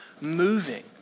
moving